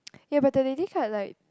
ya but they did cut like